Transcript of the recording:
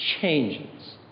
changes